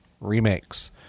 remakes